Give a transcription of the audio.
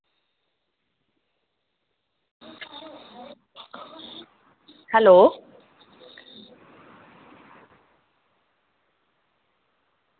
hello